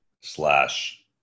slash